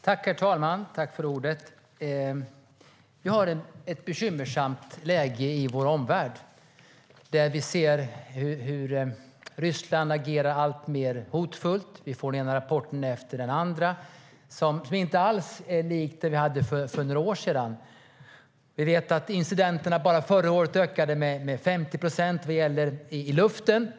Herr talman! Vi har ett bekymmersamt läge i vår omvärld. Vi ser hur Ryssland agerar alltmer hotfullt. Vi får den ena rapporten efter den andra, och läget är inte alls likt det vi hade för några år sedan. Bara förra året ökade incidenterna i luften med 50 procent.